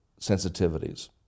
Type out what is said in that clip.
sensitivities